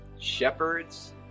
shepherds